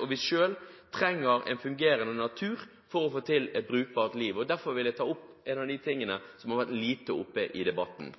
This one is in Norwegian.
og vi selv trenger en fungerende natur for å få til et brukbart liv. Derfor vil jeg ta opp en av de tingene som har vært lite oppe i debatten.